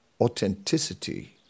authenticity